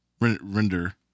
render